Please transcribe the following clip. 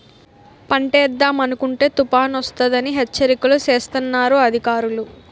పంటేద్దామనుకుంటే తుపానొస్తదని హెచ్చరికలు సేస్తన్నారు అధికారులు